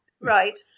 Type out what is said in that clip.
Right